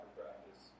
practice